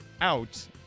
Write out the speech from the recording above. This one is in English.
out